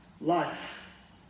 Life